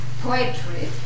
poetry